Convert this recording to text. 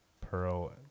pearl